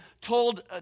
told